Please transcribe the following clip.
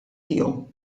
tiegħu